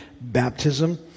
baptism